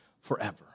forever